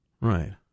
right